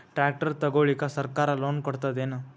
Tractor ತಗೊಳಿಕ ಸರ್ಕಾರ loan ಕೊಡತದೇನು?